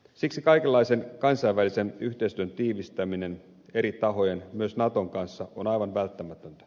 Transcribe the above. siksi kaikenlaisen kansainvälisen yhteistyön tiivistäminen eri tahojen myös naton kanssa on aivan välttämätöntä